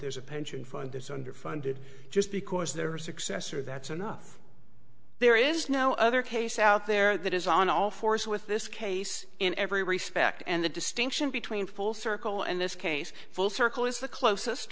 there's a pension fund that's underfunded just because they're a success or that's enough there is no other case out there that is on all fours with this case in every respect and the distinction between full circle and this case full circle is the closest